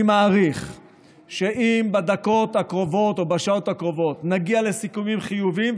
אני מעריך שאם בדקות הקרובות או בשעות הקרובות נגיע לסיכומים חיוביים,